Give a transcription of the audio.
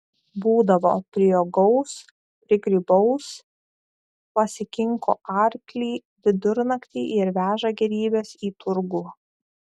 būdavo priuogaus prigrybaus pasikinko arklį vidurnaktį ir veža gėrybes į turgų